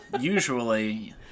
usually